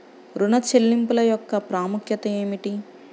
ఋణ చెల్లింపుల యొక్క ప్రాముఖ్యత ఏమిటీ?